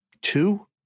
two